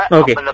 okay